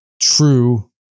true